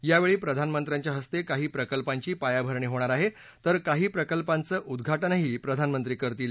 यावेळी प्रधानमंत्र्यांच्या हस्ते काही प्रकल्पांची पायाभरणी होणार आहे तर काही प्रकल्पांचं उदघाटनही प्रधानमंत्री करतील